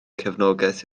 cefnogaeth